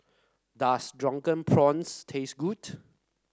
does Drunken Prawns taste good